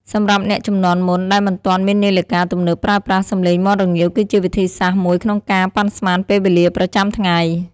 សម្រាប់អ្នកជំនាន់មុនដែលមិនទាន់មាននាឡិកាទំនើបប្រើប្រាស់ សំឡេងមាន់រងាវគឺជាវិធីមួយក្នុងការប៉ាន់ស្មានពេលវេលាប្រចាំថ្ងៃ។